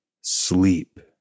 Sleep